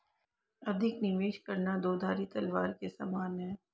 अधिक निवेश करना दो धारी तलवार के समान है